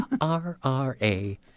R-R-A